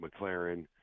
McLaren